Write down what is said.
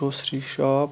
grocery shop